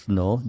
no